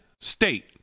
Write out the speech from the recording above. State